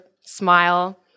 smile